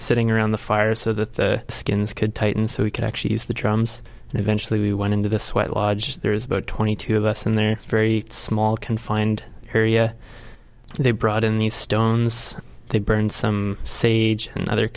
sitting around the fire so that the skins could tighten so we could actually use the drums and eventually we went into the sweat lodge there is about twenty two of us and they're very small confined area they brought in these stones they burned some say another